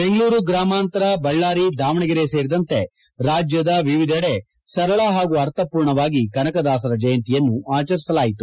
ಬೆಂಗಳೂರು ಗ್ರಾಮಾಂತರ ಬಳ್ಳಾರಿ ದಾವಣಗೆರೆ ಸೇರಿದಂತೆ ರಾಜ್ಯದ ವಿವಿಧೆಡೆಗಳಲ್ಲಿ ಸರಳ ಹಾಗೂ ಅರ್ಥಮೂರ್ಣವಾಗಿ ಕನಕದಾಸರ ಜಯಂತಿಯನ್ನು ಆಚರಿಸಲಾಯಿತು